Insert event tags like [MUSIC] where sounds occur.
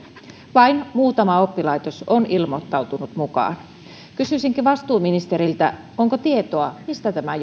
vain muutama oppilaitos on ilmoittautunut mukaan kysyisinkin vastuuministeriltä onko tietoa mistä tämä [UNINTELLIGIBLE]